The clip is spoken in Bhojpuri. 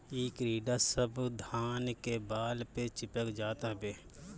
इ कीड़ा सब धान के बाल पे चिपक जात हवे